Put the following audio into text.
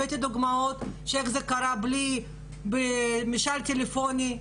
הבאתי דוגמאות של איך זה קרה במשאל טלפוני.